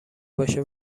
باشه